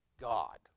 God